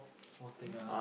small thing ah